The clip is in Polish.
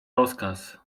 rozkaz